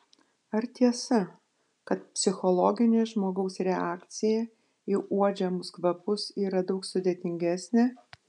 ar tiesa kad psichologinė žmogaus reakcija į uodžiamus kvapus yra daug sudėtingesnė